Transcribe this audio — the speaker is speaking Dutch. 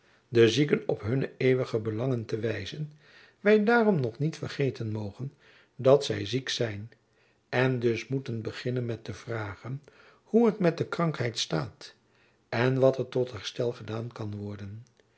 de zieken op hunne eeuwige belangen te wijzen wy daarom toch niet vergeten mogen dat zy ziek zijn en dus moeten beginnen met te vragen hoe het met de krankheid staat en wat er tot herstel gedaan kan worden